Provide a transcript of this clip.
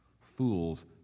Fools